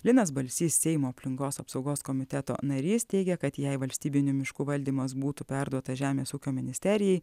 linas balsys seimo aplinkos apsaugos komiteto narys teigia kad jei valstybinių miškų valdymas būtų perduotas žemės ūkio ministerijai